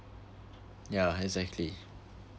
ya exactly